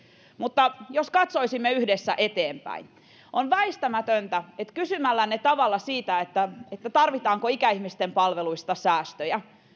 mutta jos katsoisimme yhdessä eteenpäin on väistämätöntä että kysymällänne tavalla tarvitaanko ikäihmisten palveluista säästöjä